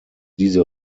diese